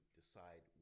decide